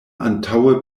antaŭe